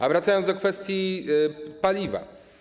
A wracając do kwestii paliwa.